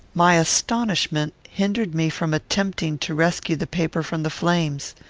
my astonishment hindered me from attempting to rescue the paper from the flames.